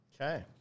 okay